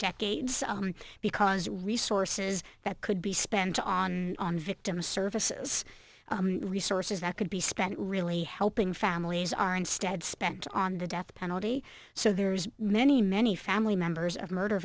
decades because resources that could be spent on victims services resources that could be spent really helping families are instead spent on the death penalty so there's many many family members of murder